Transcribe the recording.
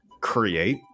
create